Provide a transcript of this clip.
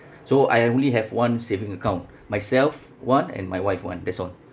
so I only have one saving account myself one and my wife one that's all